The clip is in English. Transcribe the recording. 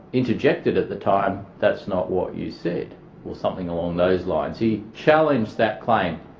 interjected at the time that's not what you said or something along those lines. he challenged that claim.